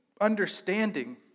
understanding